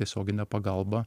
tiesioginė pagalba